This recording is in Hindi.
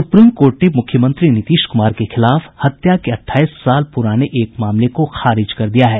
सुप्रीम कोर्ट ने मुख्यमंत्री नीतीश कुमार के खिलाफ हत्या के अठाईस साल प्राने एक मामले को खारिज कर दिया है